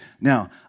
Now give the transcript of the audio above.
Now